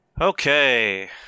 Okay